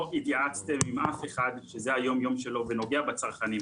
התייעצתם עם אף אחד שזה היום-יום שלו ונוגע בצרכנים.